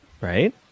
Right